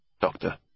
Doctor